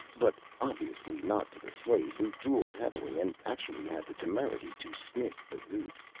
but obviously not to the slave who drooled heavily and actually had the temerity to sniff the root.